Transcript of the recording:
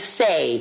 say